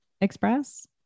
express